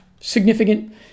significant